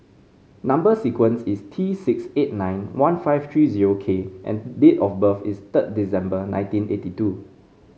number sequence is T six eight nine one five three zero K and date of birth is third December nineteen eighty two